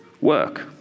work